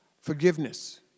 forgiveness